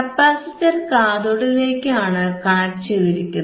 capacitor കാഥോഡിലേക്കാണ് connect ചെയ്തിരിക്കുന്നത്